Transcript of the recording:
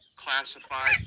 classified